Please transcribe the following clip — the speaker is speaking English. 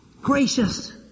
Gracious